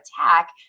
attack